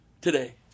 today